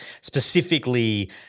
specifically